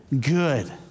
good